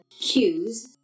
cues